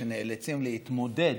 שנאלצים להתמודד